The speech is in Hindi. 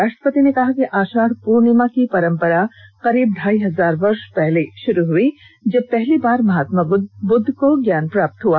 राष्ट्रपति ने कहा कि आषाढ़ पूर्णिमा की परम्परा करीब ढाई हजार वर्ष पहले शुरू हुई जब पहली बार महात्मा बुद्ध को ज्ञान प्राप्त हुआ